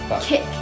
kick